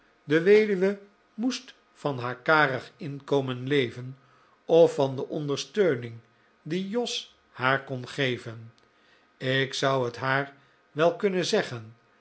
de weduwe moest van haar karig inkomen leven of van de ondersteuning die jos haar kon geven ik zou het haar wel kunnen zeggen